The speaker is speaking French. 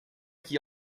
qui